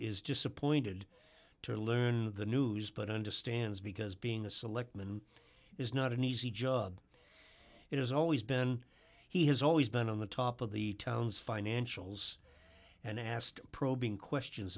is disappointed to learn the news but understands because being a selectman is not an easy job it has always been he has always been on the top of the town's financials and asked probing questions